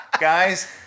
Guys